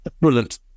Brilliant